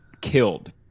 killed